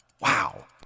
Wow